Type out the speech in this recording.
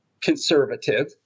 conservative